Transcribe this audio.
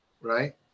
right